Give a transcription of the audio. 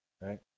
right